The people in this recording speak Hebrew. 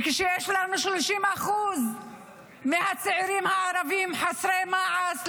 ויש לנו 30% מהצעירים הערבים חסרי מעש,